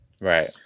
Right